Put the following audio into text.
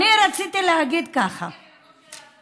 באתי ממקום של לעזור.